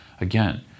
again